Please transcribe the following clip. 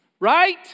Right